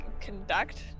conduct